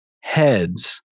Heads